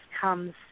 comes